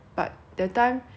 to go to the mall then